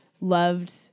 loved